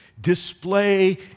display